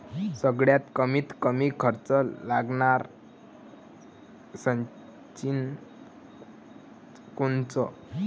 सगळ्यात कमीत कमी खर्च लागनारं सिंचन कोनचं?